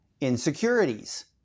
insecurities